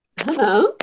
Hello